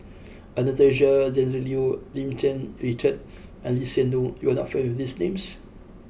Anastasia Tjendril Liew Lim Cherng Yih Richard and Lee Hsien Loong you are not familiar with these names